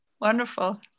Wonderful